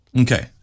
Okay